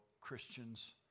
Christians